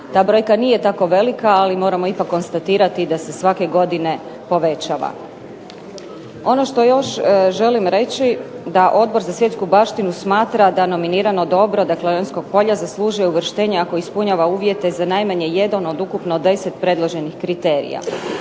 Ta brojka nije tako velika ali moramo ipak konstatirati da se svake godine povećava. Ono što još želim reći da Odbor za svjetsku baštinu smatra da nominirano dobro dakle Lonjsko polje zaslužuje uvrštenje ako ispunjava uvjete za najmanje jedan od ukupno deset predloženih kriterija.